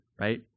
right